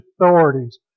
authorities